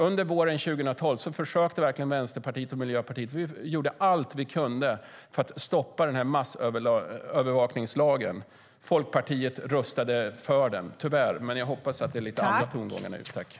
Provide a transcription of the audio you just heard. Under våren 2012 gjorde verkligen Vänsterpartiet och Miljöpartiet allt vi kunde för att stoppa massövervakningslagen, men Folkpartiet röstade tyvärr för den. Jag hoppas att det är lite andra tongångar nu.